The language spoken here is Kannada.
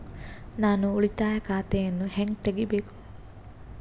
ನಾನು ಉಳಿತಾಯ ಖಾತೆಯನ್ನು ಹೆಂಗ್ ತಗಿಬೇಕು?